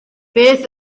beth